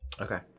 okay